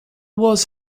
was